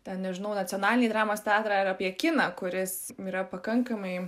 ten nežinau nacionalinį dramos teatrą ar apie kiną kuris yra pakankamai